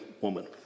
woman